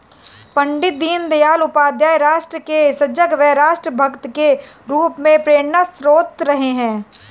पण्डित दीनदयाल उपाध्याय राष्ट्र के सजग व राष्ट्र भक्त के रूप में प्रेरणास्त्रोत रहे हैं